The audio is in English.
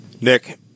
Nick